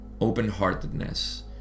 open-heartedness